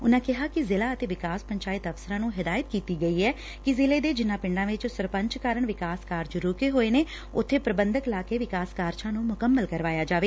ਉਨ੍ਹਾ ਕਿਹਾ ਕਿ ਜ਼ਿਲ੍ਹਾ ਅਤੇ ਵਿਕਾਸ ਪੰਚਾਇਤ ਅਫਸਰਾਂ ਨੂੰ ਹਿਦਾਇਤ ਕੀਤੀ ਗਈ ਐ ਕਿ ਜ਼ਿਲ੍ਹੇ ਦੇ ਜਿਨ੍ਹਾ ਪਿੰਡਾ ਚ ਸਰਪੰਚ ਕਾਰਨ ਵਿਕਾਸ ਕਾਰਜ ਰੁਕੇ ਹੋਏ ਨੇ ਉਥੇ ਪ੍ਬੰਧਕ ਲਾ ਕੇ ਵਿਕਾਸ ਕਾਰਜਾਂ ਨੂੰ ਮੁਕੰਮਲ ਕਰਵਾਇਆ ਜਾਵੇ